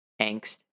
angst